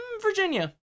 virginia